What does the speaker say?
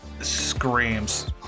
screams